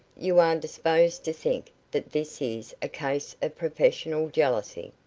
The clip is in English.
you are disposed to think that this is a case of professional jealousy.